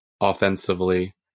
offensively